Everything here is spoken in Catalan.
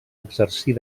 exercir